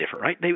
right